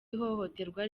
ihohoterwa